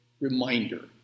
reminder